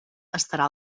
estarà